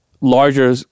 larger